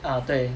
ah 对